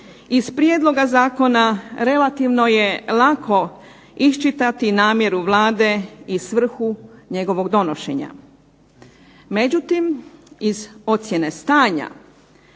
Iz prijedloga zakona relativno je lako iščitati namjeru Vlade i svrhu njegovog donošenja. Međutim, iz ocjene stanja